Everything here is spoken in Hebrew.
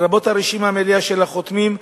לרבות הרשימה המלאה של החותמים,